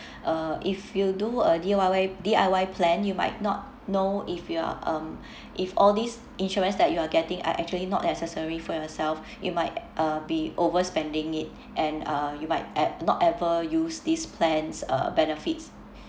uh if you do a D Y Y uh D_I_Y plan you might not know if you are um if all these insurance that you are getting are actually not necessary for yourself you might uh be overspending it and uh you might at~ not ever use these plans uh benefits